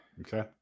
Okay